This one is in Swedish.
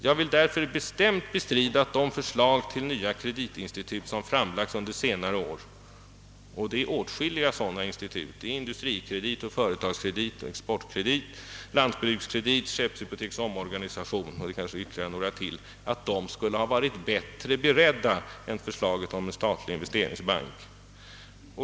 Jag vill också bestämt bestrida att de förslag till nya kreditinstitut som framlagts under senare år, vilka är åtskilliga Industrikredit, Företagskredit, Exportkredit, Lantbrukskredit, skeppshypotekskassans omorganisation och kanske ytterligare några — skulle ha varit bättre förberedda än förslaget om en statlig investeringsbank.